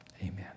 Amen